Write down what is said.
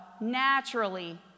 naturally